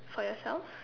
for yourself